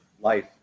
life